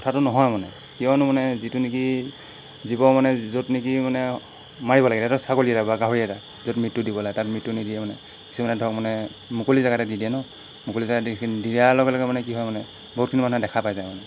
কথাটো নহয় মানে কিয়নো মানে যিটো নেকি জীৱ মানে য'ত নেকি মানে মাৰিব লাগে এটা ধৰক ছাগলী এটা বা গাহৰি এটা য'ত মৃত্যু দিব লাগে তাত মৃত্যু নিদিয়ে মানে কিছুমানে ধৰক মানে মুকলি জেগাতে দি দিয়ে ন মুকলি জেগাত দিয়াৰ লগে লগে মানে কি হয় মানে বহুতখিনি মানুহে দেখা পাই যায় মানে